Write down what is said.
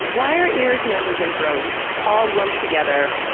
why are ears, noses and throats all lumped together?